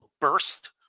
Burst